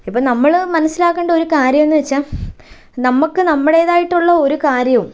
ഇപ്പോൾ നമ്മള് മനസ്സിലാക്കേണ്ട ഒരു കാര്യം എന്ന് വെച്ചാൽ നമുക്ക് നമ്മുടേതായിട്ടുള്ള ഒരു കാര്യവും